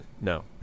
No